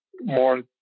more